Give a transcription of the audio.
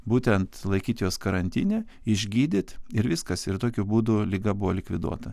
būtent laikyt juos karantine išgydyt ir viskas ir tokiu būdu liga buvo likviduota